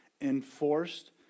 enforced